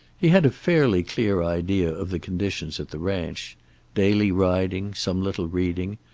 he had a fairly clear idea of the conditions at the ranch daily riding, some little reading,